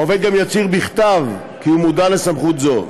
העובד גם יצהיר בכתב כי הוא מודע לסמכות זו.